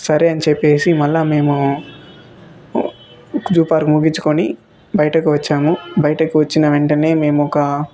సరే అని చెప్పేసి మళ్ళా మేము జూ పార్క్ ముగించుకుని బయటకు వచ్చాము బయటకు వచ్చిన వెంటనే మేము ఒక